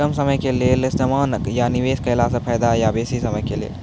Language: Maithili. कम समय के लेल जमा या निवेश केलासॅ फायदा हेते या बेसी समय के लेल?